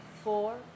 four